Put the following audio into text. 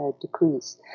decrease